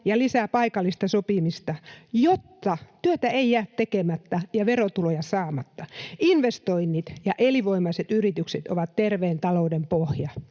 ja lisää paikallista sopimista, jotta työtä ei jää tekemättä ja verotuloja saamatta. Investoinnit ja elinvoimaiset yritykset ovat terveen talouden pohja,